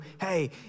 hey